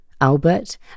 Albert